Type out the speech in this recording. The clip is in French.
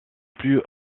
plus